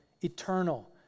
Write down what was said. Eternal